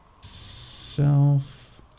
self